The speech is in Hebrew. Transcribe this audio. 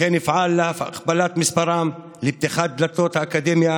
לכן אפעל להכפלת מספרם ולפתיחת דלתות האקדמיה